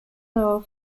loire